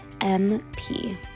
MP